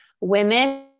women